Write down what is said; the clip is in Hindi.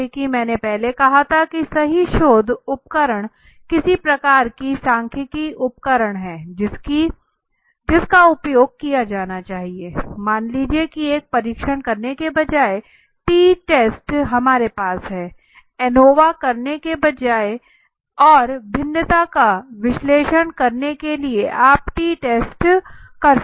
जैसा कि मैंने पहले कहा था कि सही शोध उपकरण किस प्रकार के सांख्यिकीय उपकरण है जिसका उपयोग किया जाना चाहिए मान लीजिए कि एक परीक्षण करने के बजाय टी टेस्ट हमारे पास है एनोवा करने के बजाय और भिन्नता का विश्लेषण करने के लिए आप टी टेस्ट कर रहे हैं